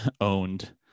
owned